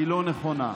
לא נכונה.